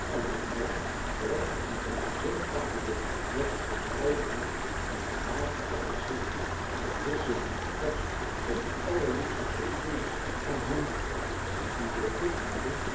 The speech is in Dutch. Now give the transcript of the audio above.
en de meid brengt een geheimzinnig pakje binnen met een verdraaide hand aan hààr geadresseerd en wist ze nu maar vast dat die allerliefste surprise van hèm komt die door dik en dun